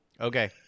Okay